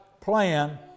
plan